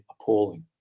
appalling